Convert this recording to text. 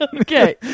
Okay